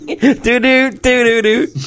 Do-do-do-do-do